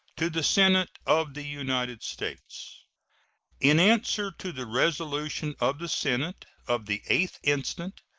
to the senate of the united states in answer to the resolution of the senate of the eighth instant,